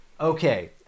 Okay